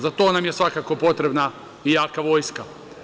Za to nam je svakako potrebna i jaka vojska.